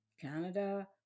Canada